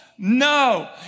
No